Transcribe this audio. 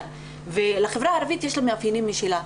לחברה הערבית יש מאפיינים משלה.